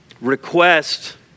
request